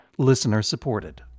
listener-supported